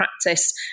practice